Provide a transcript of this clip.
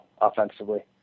offensively